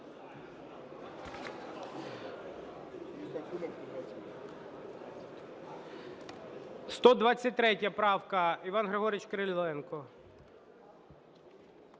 123 правка, Іван Григорович Кириленко.